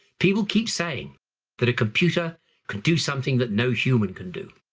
people keep saying that a computer could do something that no human can do.